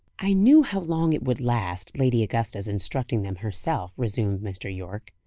i knew how long it would last, lady augusta's instructing them herself, resumed mr. yorke.